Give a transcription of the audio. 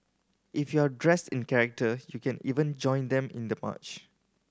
if you're dressed in character you can even join them in the march